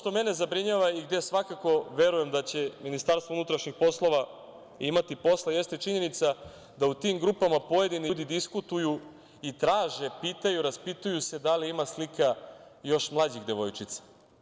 Ono što mene zabrinjava i gde svakako verujem da će Ministarstvo unutrašnjih poslova imati posla jeste činjenica da u tim grupama pojedini ljudi diskutuju i traže, pitaju, raspituju se da li ima slika još mlađih devojčica.